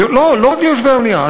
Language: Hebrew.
לא, לא רק ליושבי המליאה.